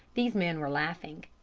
these men were laughing.